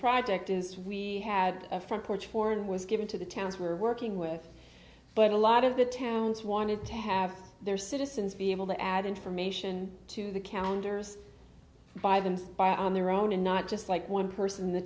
project is we had a front porch horn was given to the towns were working with but a lot of the towns wanted to have their citizens be able to add information to the counters by themselves by on their own and not just like one person in the